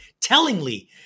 Tellingly